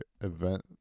event